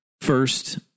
First